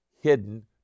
hidden